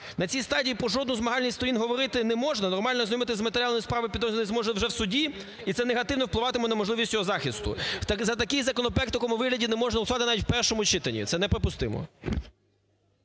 На цій стадії про жодну з моральних сторін говорити не можна, нормально ознайомитися з матеріалами справи підозрюваний зможе вже в суді, і це негативно впливатиме на можливість цього захисту. За такий законопроект в такому вигляді не можна голосувати навіть в першому читанні, це неприпустимо.